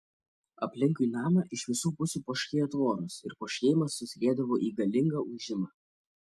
aplinkui namą iš visų pusių poškėjo tvoros ir poškėjimas susiliedavo į galingą ūžimą